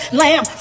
lamb